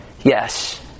Yes